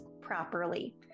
properly